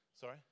Sorry